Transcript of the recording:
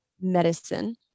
medicine